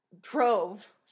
drove